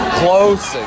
close